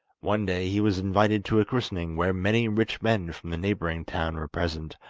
one day he was invited to a christening where many rich men from the neighbouring town were present,